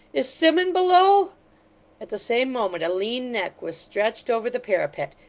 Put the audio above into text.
is simmun below at the same moment a lean neck was stretched over the parapet,